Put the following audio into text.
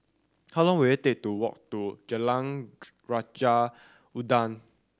how long will it take to walk to Jalan Raja Udang